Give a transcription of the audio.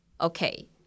okay